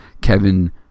Kevin